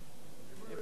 איפה הוא?